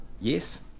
Yes